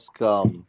ask